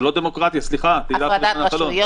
סליחה, תהלה פרידמן-נחלון.